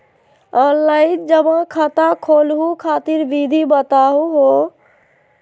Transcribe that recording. Online जमा खाता खोलहु खातिर विधि बताहु हो?